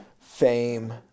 fame